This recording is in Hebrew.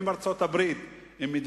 עם ארצות-הברית,